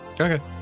Okay